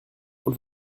und